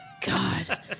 God